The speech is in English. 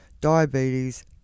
diabetes